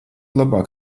labāk